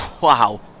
Wow